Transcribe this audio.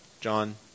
John